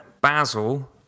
basil